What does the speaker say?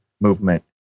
Movement